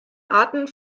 arten